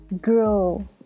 grow